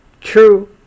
true